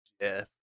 Yes